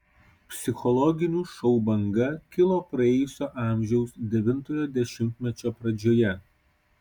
psichologinių šou banga kilo praėjusio amžiaus devintojo dešimtmečio pradžioje